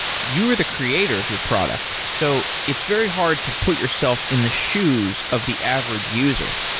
you are the creator of your product, so it's very hard to put yourself in the shoes of the average user.